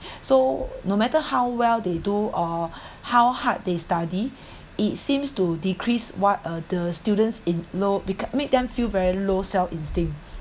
so no matter how well they do or how hard they study it seems to decrease what uh the students in low bec~ made them feel very low self instinct